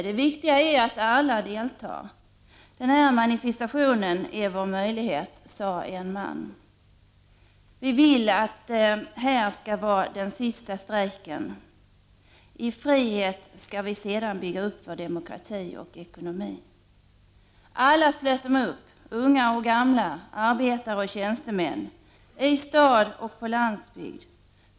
Det viktiga är att alla deltar. Den här manifestationen är vår möjlighet, sade en man. Vi vill att det här skall vara den sista strejken. I frihet skall vi sedan bygga upp vår demokrati och vår ekonomi. Alla slöt de upp: unga och gamla, arbetare och tjänstemän, i stad och på landsbygd.